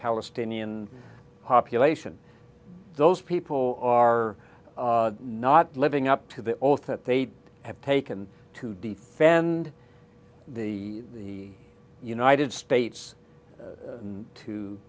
palestinian population those people are not living up to the oath that they have taken to defend the united states and